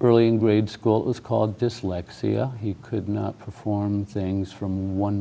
early in grade school it was called dyslexia he could not perform things from one